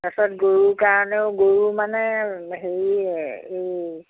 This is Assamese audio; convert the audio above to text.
তাৰপিছত গৰুৰ কাৰণেও গৰুৰ মানে হেৰি এই